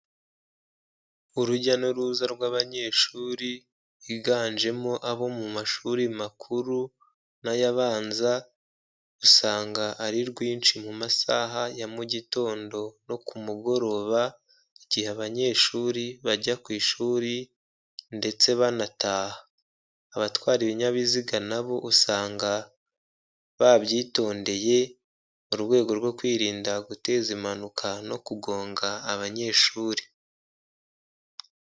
Urujya n'uruza rw'abanyeshuri biganjemo abo mu mashuri makuru n'ayabanza, usanga ari rwinshi mu masaha ya mu gitondo no ku mugoroba, igihe abanyeshuri bajya ku ishuri ndetse banataha, abatwara ibinyabiziga na bo usanga babyitondeye, mu rwego rwo kwirinda guteza impanuka no kugonga abanyeshuri.